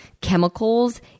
chemicals